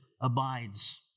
abides